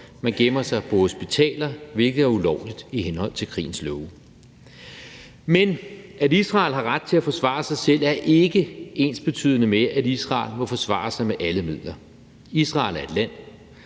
Man gemmer sig på hospitaler, hvilket er ulovligt i henhold til krigens love. Men at Israel har ret til at forsvare sig selv, er ikke ensbetydende med, at Israel må forsvare sig med alle midler. Israel er et land,